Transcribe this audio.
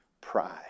pride